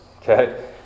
okay